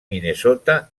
minnesota